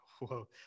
whoa